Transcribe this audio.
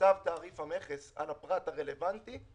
צו תעריף המכס על הפרט הרלוונטי,